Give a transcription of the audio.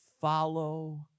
follow